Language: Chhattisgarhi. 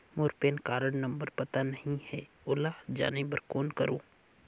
मोर पैन कारड नंबर पता नहीं है, ओला जाने बर कौन करो?